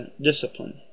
discipline